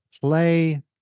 play